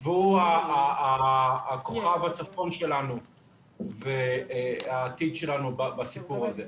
והוא כוכב הצפון שלנו והעתיד שלנו בסיפור הזה.